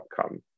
outcome